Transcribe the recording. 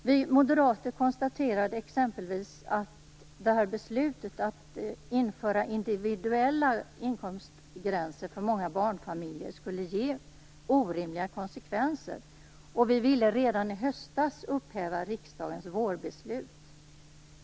Vi moderater konstaterade exempelvis att beslutet att införa individuella inkomstgränser för många barnfamiljer skulle få orimliga konsekvenser. Vi ville redan i höstas upphäva riksdagens vårbeslut.